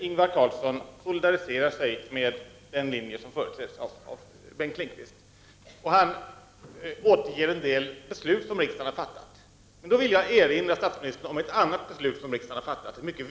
Ingvar Carlsson solidariserar sig med den linje som företräds av Bengt Lindqvist och hänvisar till en del beslut som rikdagen har fattat. Jag vill då erinra statsministern om ett annat mycket viktigt riksdagsbeslut.